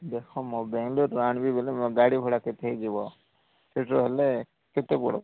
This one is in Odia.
ଦେଖ ମୋର ବେଙ୍ଗଲୋର୍ରୁ ଆଣିବି ବୋଲେ ମୋ ଗାଡ଼ି ଭଡ଼ା କେତେ ହୋଇଯିବ ସେଇଟା ହେଲେ କେତେ ବଡ଼